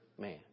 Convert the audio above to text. man